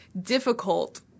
difficult